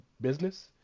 business